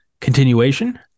continuation